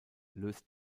löst